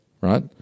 right